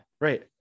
right